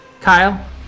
Kyle